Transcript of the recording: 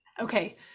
Okay